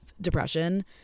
depression